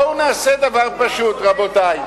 בואו נעשה דבר פשוט, רבותי,